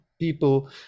people